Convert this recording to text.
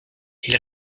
ils